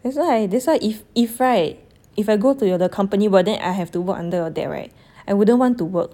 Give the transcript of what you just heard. that's why I that's why if if right if I go to your the company work then I have to work under your dad right I wouldn't want to work`